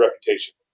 reputation